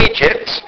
Egypt